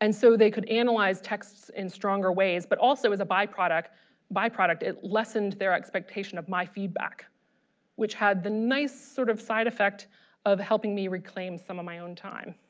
and so they could analyze texts in stronger ways but also as a by-product by-product it lessened their expectation of my feedback which had the nice sort of side effect of helping me reclaim some of my own time